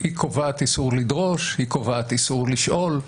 היא קובעת איסור לדרוש, היא קובעת איסור לשאול.